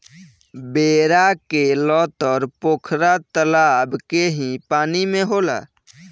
बेरा के लतर पोखरा तलाब के ही पानी में होला